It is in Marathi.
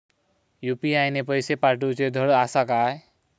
यू.पी.आय ने पैशे पाठवूचे धड आसा काय?